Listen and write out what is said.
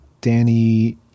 Danny